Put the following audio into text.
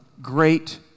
great